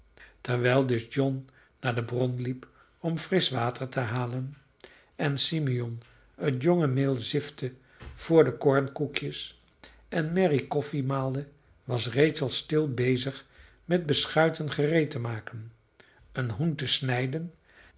terwijl dus john naar de bron liep om frisch water te halen en simeon het jonge meel ziftte voor de koornkoekjes en mary koffie maalde was rachel stil bezig met beschuiten gereed te maken een hoen te snijden